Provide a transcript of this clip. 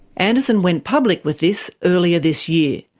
anderson went public with this earlier this year.